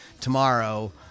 Tomorrow